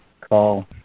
call